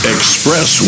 Express